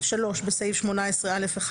(3)בסעיף 18(א1),